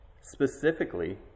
Specifically